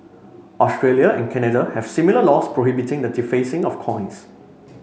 Australia and Canada have similar laws prohibiting the defacing of coins